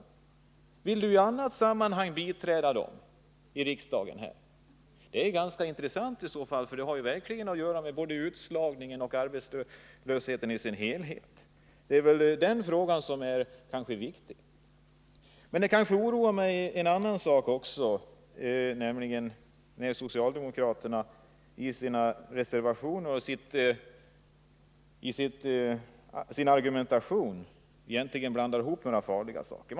Vill Elver Jonsson biträda förslagen i annat sammanhang här i riksdagen? Det är ganska intressant i så fall, för det har verkligen att göra både med utslagningen och med arbetslösheten som helhet. En annan omständighet som oroar mig är att socialdemokraterna i sina reservationer och i sin argumentation blandar ihop några farliga saker.